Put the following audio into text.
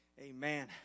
Amen